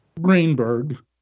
Greenberg